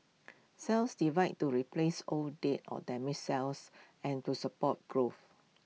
cells divide to replace old dead or damaged cells and to support growth